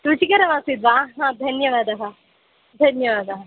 रुचिकरमासीद् वा हा धन्यवादः धन्यवादः